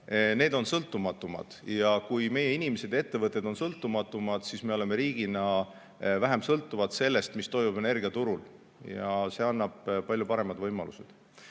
on sõltumatumad. Kui meie inimesed ja ettevõtted on sõltumatumad, siis me oleme riigina vähem sõltuvad sellest, mis toimub energiaturul, ja see annab palju paremad võimalused.